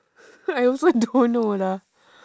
I also don't know lah